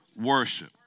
worship